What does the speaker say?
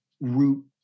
root